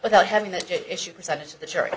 without having that issue percentage of the jury